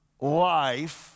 life